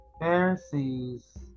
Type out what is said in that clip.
Pharisees